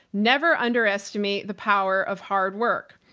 never underestimate the power of hard work.